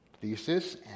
Thesis